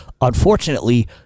Unfortunately